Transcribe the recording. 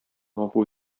гафу